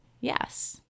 Yes